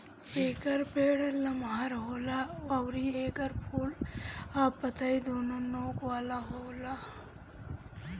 एकर पेड़ लमहर होला अउरी एकर फूल आ पतइ दूनो नोक वाला होला